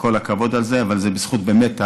וכל הכבוד על זה, אבל זה קודם כול בזכות, באמת,